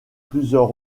plusieurs